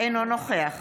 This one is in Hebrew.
אינו נוכח